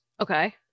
Okay